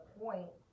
point